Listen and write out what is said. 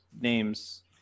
names